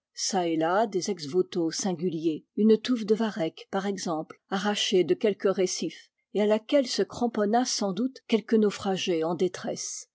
des ex-voto singuliers une touffe de varech par exemple arrachée de quelque récif et à laquelle se cramponna sans doute quelque naufragé en détresse